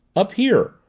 up here.